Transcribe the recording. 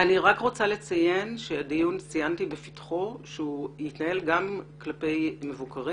אני רוצה לציין שהדיון ציינתי בפתחו יתנהל גם כלפי מבוקרים